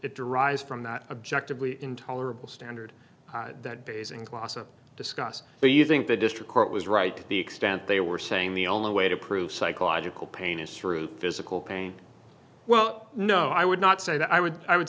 derives from that objectively intolerable standard that basing glossop discuss where you think the district court was right to the extent they were saying the only way to prove psychological pain is through physical pain well no i would not say that i would i would